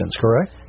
correct